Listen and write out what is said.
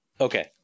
Okay